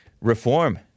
reform